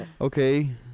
okay